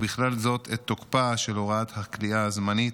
ובכלל זאת את תוקפה של הוראת הכליאה הזמנית,